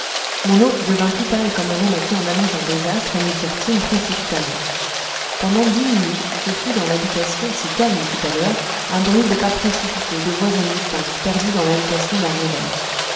mon hôte devint tout pâle comme un homme à qui on annonce un désastre et nous sortîmes précipitamment pendant dix minutes ce fut dans l'habitation si calme tout à l'heure un bruit de pas précipités de voix indistinctes perdues dans l'agitation d'un réveil